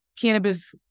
cannabis